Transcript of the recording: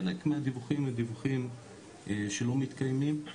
חלק מהם הם דיווחים שלא מתקיימים,